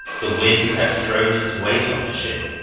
the wind had thrown its weight on the ship,